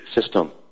system